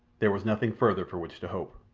there was nothing further for which to hope.